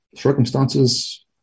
circumstances